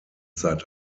seit